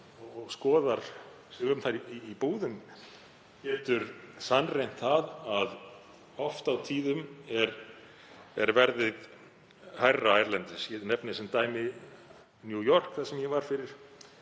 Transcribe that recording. og skoðar sig um þar í búðum getur sannreynt það að oft og tíðum er verðið hærra erlendis. Ég nefni sem dæmi New York, þar sem ég var,